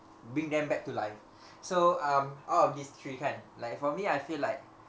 bring them back to life so um out of these three kan like for me I feel like